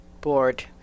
Bored